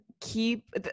keep